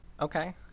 Okay